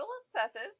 obsessive